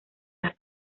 las